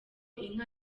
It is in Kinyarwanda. inka